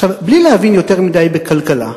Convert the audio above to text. בלי להבין יותר מדי בכלכלה,